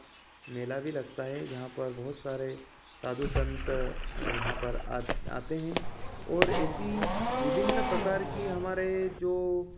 मेला भी लगता है जहाँ पर बहुत सारे साधु संत वहाँ पर आत आते हैं और ऐसी विभिन्न प्रकार की हमारे जो